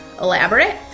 elaborate